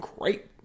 great